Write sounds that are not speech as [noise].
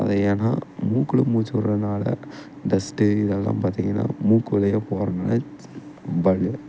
அது ஏன்னா மூக்கில் மூச்சிவிட்றதுனால இந்த ஸ்ட்டே இதெல்லாம் பார்த்திங்கன்னா மூக்கு வழியா போகறதுனால [unintelligible]